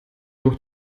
durch